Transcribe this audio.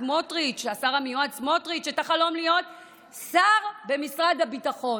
לשר המיועד סמוטריץ' את החלום להיות שר במשרד הביטחון,